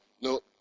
no